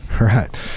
Right